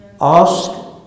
ask